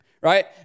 right